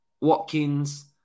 Watkins